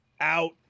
out